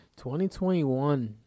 2021